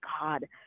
God